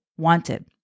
wanted